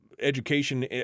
education